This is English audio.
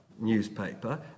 newspaper